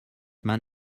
man